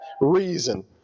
reason